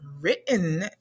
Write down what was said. written